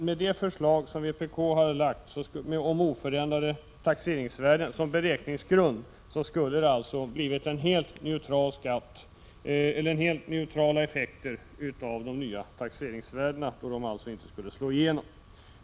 Med de förslag som vpk lade fram om oförändrade taxeringsvärden som beräkningsgrund, skulle man ha fått helt neutrala effekter, eftersom taxeringsvärdena då inte skulle få slå igenom.